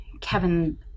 Kevin